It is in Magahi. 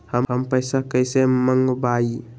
हम पैसा कईसे मंगवाई?